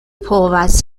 povas